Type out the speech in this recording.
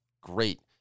great